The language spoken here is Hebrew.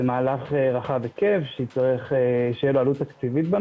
מהלך רחב היקף שתהיה לו עלות תקציבית.